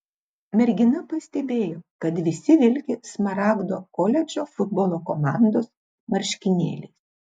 mergina pastebėjo kad visi vilki smaragdo koledžo futbolo komandos marškinėliais